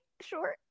sure